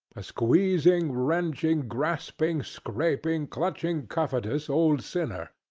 a squeezing, wrenching, grasping, scraping, clutching, covetous, old sinner!